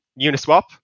Uniswap